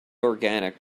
organic